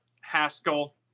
Haskell